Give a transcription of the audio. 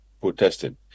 protesting